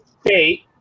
State